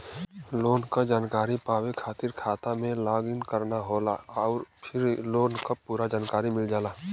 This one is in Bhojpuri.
लोन क जानकारी पावे खातिर खाता में लॉग इन करना होला आउर फिर लोन क पूरा जानकारी मिल जाला